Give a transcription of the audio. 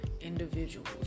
individuals